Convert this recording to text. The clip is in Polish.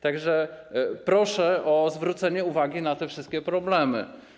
Tak że proszę o zwrócenie uwagi na te wszystkie problemy.